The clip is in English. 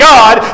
God